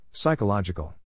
Psychological